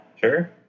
sure